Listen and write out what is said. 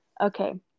Okay